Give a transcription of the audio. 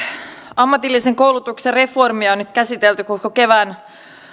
ammatillisen koulutuksen reformia on nyt käsitelty koko kevään